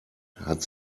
hat